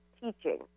teaching